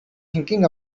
thinking